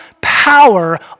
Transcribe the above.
power